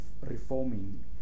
reforming